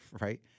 right